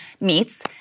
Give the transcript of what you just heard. meets